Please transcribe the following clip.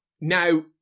Now